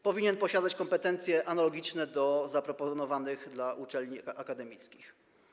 Powinien on posiadać kompetencje analogiczne do zaproponowanych dla uczelni akademickich.